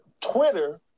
Twitter